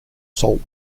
salt